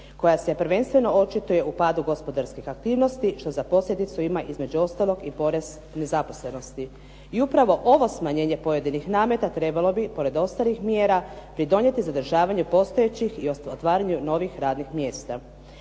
koja se prvenstveno očituje u padu gospodarskih aktivnosti što za posljedicu ima između ostalog i porez nezaposlenosti. I upravo ovo smanjenje pojedinih nameta trebalo bi pored ostalih mjera pridonijeti zadržavanju postojećih i otvaranju novih radnih mjesta.